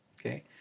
Okay